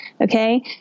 okay